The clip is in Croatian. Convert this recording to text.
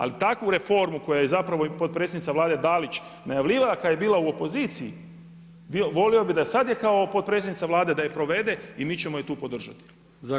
Ali takvu reformu koja je zapravo i potpredsjednica Vlade Dalić najavljivala kada je bila u opoziciji, volio bih da sad je kao potpredsjednica Vlade da je provede i mi ćemo je tu podržati.